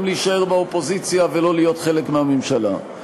להישאר באופוזיציה ולא להיות חלק מהממשלה.